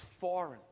foreign